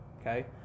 okay